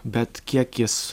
bet kiek jis